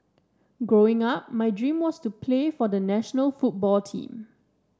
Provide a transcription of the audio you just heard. Growing Up my dream was to play for the national football team